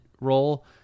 role